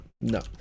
no